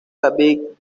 david